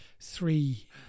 three